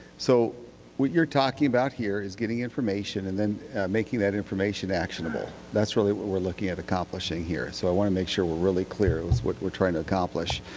so what you are talking about here is getting information and making that information actionable. that's really what we are looking at accomplishing here so i want to make sure we are really clear with what we are trying to accomplish.